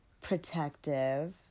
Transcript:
protective